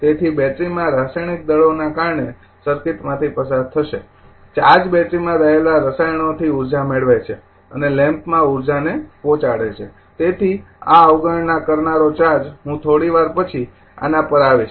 તેથી બેટરીમાં રાસાયણિક દળોને કારણે સર્કિટમાંથી પસાર થશે ચાર્જ બેટરીમાં રહેલા રસાયણોથી ઉર્જા મેળવે છે અને લેમ્પમાં ઉર્જાને પહોંચાડે છે તેથી આ અવગણના કરનારો ચાર્જ હું થોડી વાર પછી આના પર આવીશ